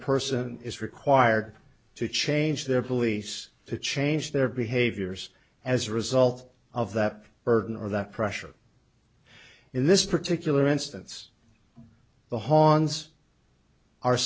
person is required to change their police to change their behaviors as a result of that burden or that pressure in this particular instance the han's are